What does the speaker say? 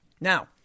Now